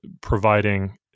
providing